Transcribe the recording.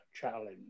challenge